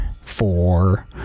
four